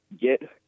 Get